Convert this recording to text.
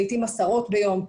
לעתים עשרות ביום.